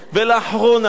ולאחרונה,